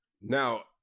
Now